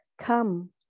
Come